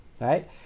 right